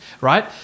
right